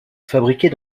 fabriqués